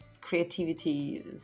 creativity